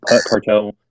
Cartel